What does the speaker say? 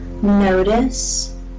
Notice